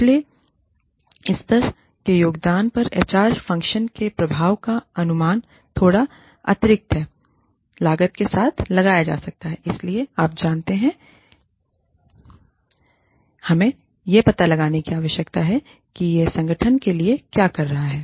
निचले स्तर के योगदान पर एचआर फ़ंक्शन के प्रभाव का अनुमान थोड़ा अतिरिक्त लागत के साथ लगाया जा सकता हैइसलिए आप जानते हैं हमें यह पता लगाने की आवश्यकता है कि यह संगठन के लिए क्या कर रहा है